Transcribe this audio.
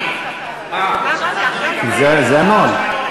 זה הנוהל.